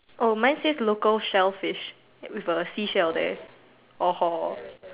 oh mine says local shellfish with a seashell there orh hor